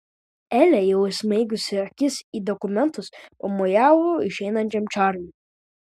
elė jau įsmeigusi akis į dokumentus pamojavo išeinančiam čarliui